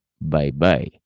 bye-bye